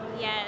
Yes